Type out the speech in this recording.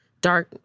dark